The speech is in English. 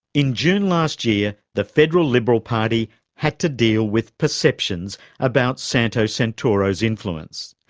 in june last year the federal liberal party had to deal with perceptions about santo santoro's influence.